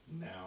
now